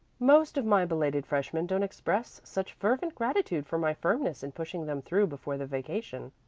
most of my belated freshmen don't express such fervent gratitude for my firmness in pushing them through before the vacation.